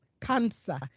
cancer